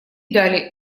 далее